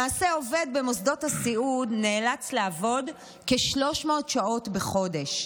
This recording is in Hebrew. למעשה עובד במוסדות הסיעוד נאלץ לעבוד כ-300 שעות בחודש,